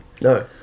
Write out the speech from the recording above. No